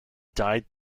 died